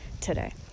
today